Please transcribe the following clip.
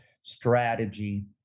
strategy